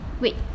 wait